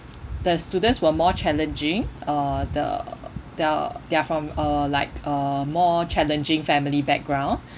the students were more challenging uh the the they are from uh like uh more challenging family background